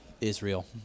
Israel